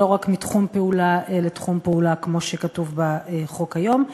ולא רק מתחום פעולה לתחום פעולה כמו שכתוב בחוק היום,